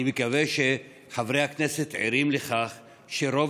אני מקווה שחברי הכנסת ערים לכך שלרוב